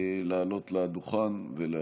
לעלות לדוכן ולהשיב.